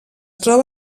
troba